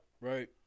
right